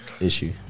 issue